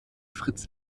fritz